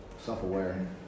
Self-aware